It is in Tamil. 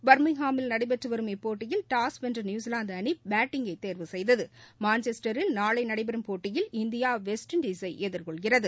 பர்மிங்ஹாமில் நடைபெற்று வரும் இப்போட்டியில் டாஸ் வென்ற நியூசிவாந்து அணி பேட்டிங்கை தேர்வு செய்தது மான்செஸ்டரில் நாளை நடைபெறும் போட்டியில் இந்தியா வெஸ்ட் இண்டலை எதிர்கொள்கிறது